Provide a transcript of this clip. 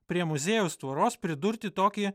prie muziejaus tvoros pridurti tokį